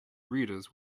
readers